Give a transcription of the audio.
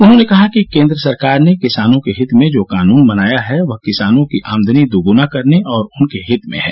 उन्होंने कहा कि केंद्र सरकार ने किसानों के हित में जो कानून बनाया है वह किसानों की आमदनी दुगना करने और उसके हित में है